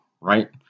right